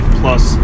plus